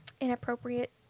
inappropriate